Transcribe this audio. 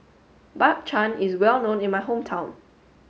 Bak Chang is well known in my hometown